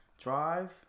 drive